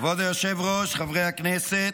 כבוד היושב-ראש, חברי הכנסת,